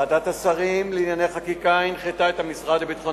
ועדת השרים לענייני חקיקה הנחתה את המשרד לביטחון